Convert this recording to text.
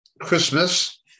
Christmas